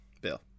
Bill